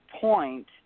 point